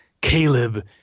Caleb